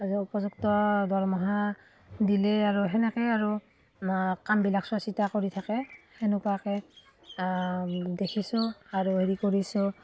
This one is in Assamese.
আৰু উপযুক্ত দৰমহা দিলেই আৰু সেনেকৈয়ে আৰু কামবিলাক চোৱাচিতা কৰি থাকে সেনেকুৱাকৈ দেখিছোঁ আৰু হেৰি কৰিছোঁ